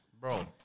Bro